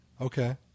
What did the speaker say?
Okay